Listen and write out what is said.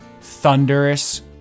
thunderous